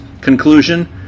Conclusion